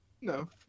no